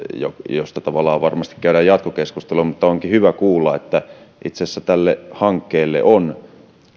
josta tavallaan varmasti käydään jatkokeskustelua onkin hyvä kuulla että itse asiassa tälle hankkeelle on ilmeisesti